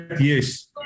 yes